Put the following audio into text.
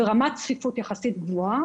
ורמת הצפיפות יחסית גבוהה,